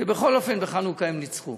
ובכל אופן בחנוכה הם ניצחו,